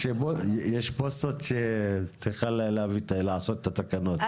יש פה -- שצריכה לעשות את התקנות,